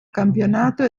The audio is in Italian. campionato